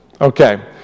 Okay